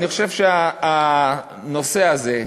אני חושב שהנושא הזה,